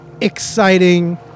exciting